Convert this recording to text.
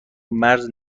مرز